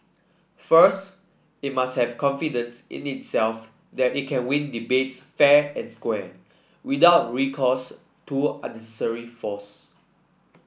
first it must have confidence in itself that it can win debates fair and square without recourse to unnecessary force